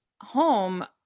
home